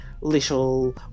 little